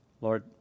Lord